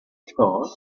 thought